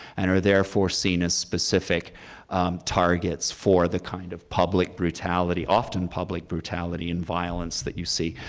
and are therefore seen as specific targets for the kind of public brutality, often public brutality, and violence that you see.